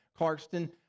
Clarkston